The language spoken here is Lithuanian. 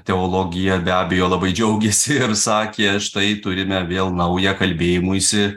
teologija be abejo labai džiaugėsi ir sakė štai turime vėl naują kalbėjimuisi